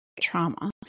trauma